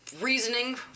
reasoning